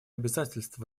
обязательств